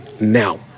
now